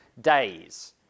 days